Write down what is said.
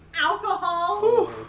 alcohol